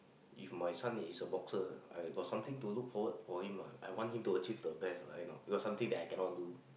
if my son is a boxer I got something to look forward for him what I want to achieve the best what why not because it's something I cannot do